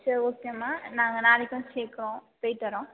சரி ஓகேம்மா நாங்கள் நாளைக்கு வந்து சேர்க்குறோம் போய்விட்டு வர்றோம்